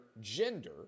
gender